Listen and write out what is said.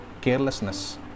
Carelessness